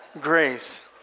Grace